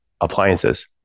appliances